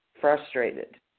frustrated